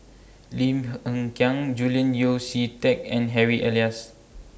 Lim Hng Kiang Julian Yeo See Teck and Harry Elias